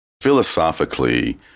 philosophically